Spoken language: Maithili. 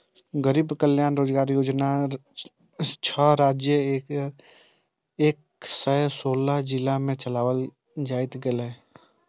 गरीब कल्याण रोजगार योजना छह राज्यक एक सय सोलह जिला मे चलायल गेलै